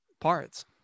parts